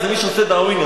זה מי שעושה דאווינים.